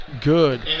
good